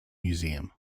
museum